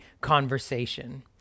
conversation